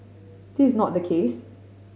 this is not the case